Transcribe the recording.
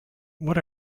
what